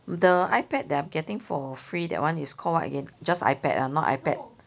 the ipad that I'm getting for free that one is called what again just ipad ah not ipad